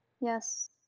Yes